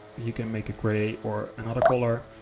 you can make it gray or another color,